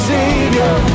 Savior